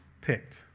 picked